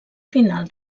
final